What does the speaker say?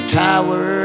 tower